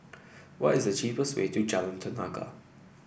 why is the cheapest way to Jalan Tenaga